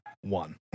one